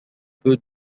peut